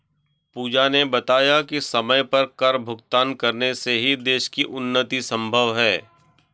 पूजा ने बताया कि समय पर कर भुगतान करने से ही देश की उन्नति संभव है